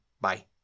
Bye